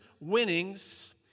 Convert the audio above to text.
winnings